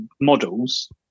models